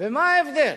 מה ההבדל?